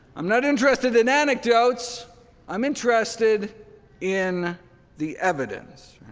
i'm not interested in anecdotes i'm interested in the evidence.